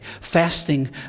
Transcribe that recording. Fasting